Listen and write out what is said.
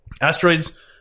Asteroids